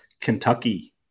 kentucky